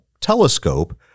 telescope